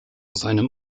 seinem